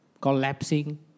collapsing